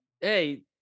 Hey